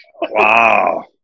Wow